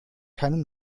keinen